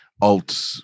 alt